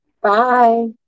Bye